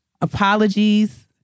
apologies